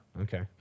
Okay